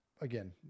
again